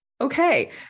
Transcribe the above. Okay